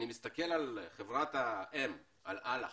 אני מסתכל על חברת האם, על אל"ח,